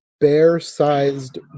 bear-sized